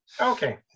Okay